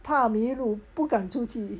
怕迷路不敢出去